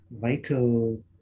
vital